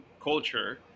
culture